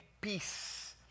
peace